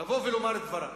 לבוא ולומר את דברה.